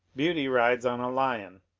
beauty rides on a lion.